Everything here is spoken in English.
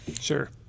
Sure